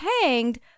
hanged